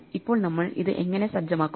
ഇപ്പോൾ നമ്മൾ ഇത് എങ്ങനെ സജ്ജമാക്കുന്നു